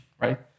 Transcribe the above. right